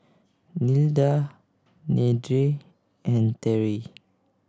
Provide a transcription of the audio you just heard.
Nilda Deidre and Terrie